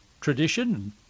tradition